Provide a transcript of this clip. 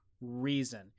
reason